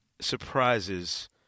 surprises